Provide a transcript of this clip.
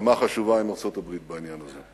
הסכמה חשובה עם ארצות-הברית בעניין הזה.